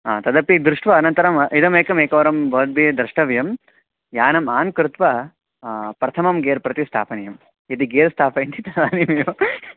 आ तदपि दृष्ट्वा अनन्तरम् इदमेकमेकवारं भवद्भिः द्रष्टव्यं यानम् आन् कृत्वा प्रथमं गेर् प्रति स्थापनीयं यदि गेर् स्थापयन्ति तदानीमेव